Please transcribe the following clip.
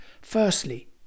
Firstly